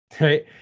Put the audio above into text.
right